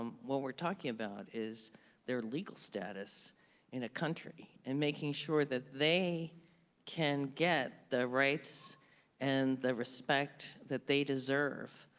what we're talking about is their legal status in a country and making sure that they can get the rights and the respect that they deserve.